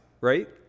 right